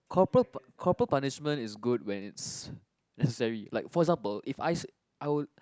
corporal pu~ corporal punishment is good when it's necessary like for example if I s~ I'll